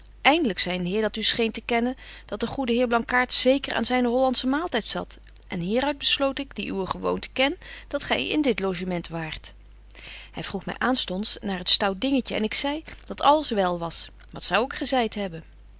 zei een heer die u scheen te kennen dat de goede betje wolff en aagje deken historie van mejuffrouw sara burgerhart heer blankaart zeker aan zyne hollandsche maaltyd zat en hier uit besloot ik die uwe gewoonte ken dat gy in dit logement waart hy vroeg my aanstonds naar het stout dingetje en ik zei dat alles wel was wat zou ik gezeit hebben